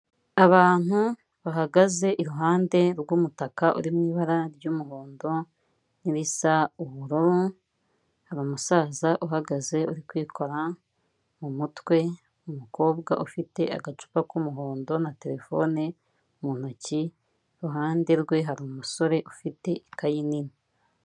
Abantu bahagaze iruhande rw'umutaka uri mu ibara ry'umuhondo n'irisa ubururu hari umusaza uhagaze uri kwikora mu mutwe, umukobwa ufite agacupa k'umuhondo na terefone mu ntoki iruhande rwe hari umusore ufite ikayi nini.